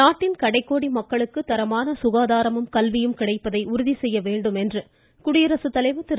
நாட்டின் கடைகோடி மக்களுக்கு தரமான ககாதாரமும் கல்வியும் கிடைப்பதை உறுதி செய்ய வேண்டும் என்று குடியரசுத்தலைவர் திரு